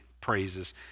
praises